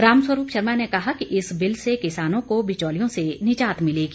रामस्वरूप शर्मा ने कहा कि इस बिल से किसानों को बिचौलियों से निजात मिलेगी